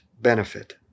benefit